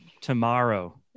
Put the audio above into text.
tomorrow